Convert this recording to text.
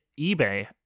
eBay